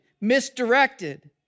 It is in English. misdirected